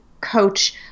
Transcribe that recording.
coach